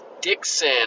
Dixon